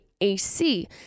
AC